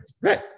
Right